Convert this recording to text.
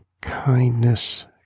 kindness